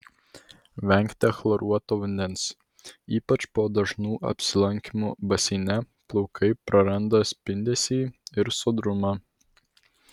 venkite chloruoto vandens ypač po dažnų apsilankymų baseine plaukai praranda spindesį ir sodrumą